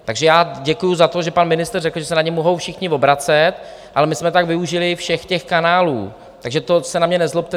Takže já děkuju za to, že pan ministr řekl, že se na něj mohou všichni obracet, ale my jsme využili všech těch kanálů, takže to se na mě nezlobte.